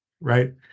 right